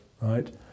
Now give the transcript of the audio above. right